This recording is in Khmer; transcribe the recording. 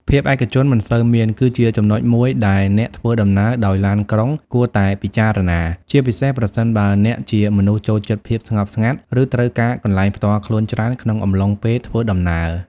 ភាពឯកជនមិនសូវមាន គឺជាចំណុចមួយដែលអ្នកធ្វើដំណើរដោយឡានក្រុងគួរតែពិចារណា ជាពិសេសប្រសិនបើអ្នកជាមនុស្សចូលចិត្តភាពស្ងប់ស្ងាត់ ឬត្រូវការកន្លែងផ្ទាល់ខ្លួនច្រើនក្នុងអំឡុងពេលធ្វើដំណើរ។